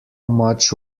much